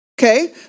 okay